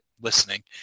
listening